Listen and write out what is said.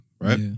Right